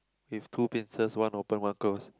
with two pincers one open one close